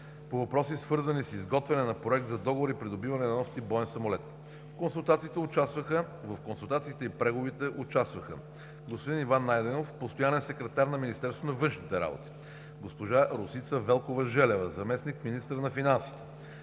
по въпроси, свързани с изготвяне на Проект за договор и придобиване на нов тип боен самолет. В консултациите и преговорите участваха: господин Иван Найденов – постоянен секретар на Министерството на външните работи, госпожа Росица Велкова Желева – заместник-министър на финансите,